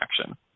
action